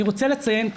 אני רוצה לציין,